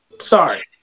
Sorry